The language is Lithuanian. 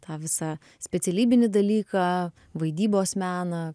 tą visą specialybinį dalyką vaidybos meną